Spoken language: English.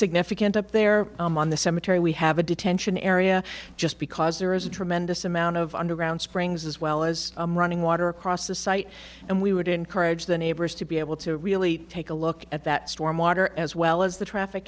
significant up there on the cemetery we have a detention area just because there is a tremendous amount of underground springs as well as a running water across the site and we would encourage the neighbors to be able to really take a look at that storm water as well as the traffic